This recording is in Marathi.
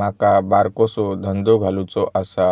माका बारकोसो धंदो घालुचो आसा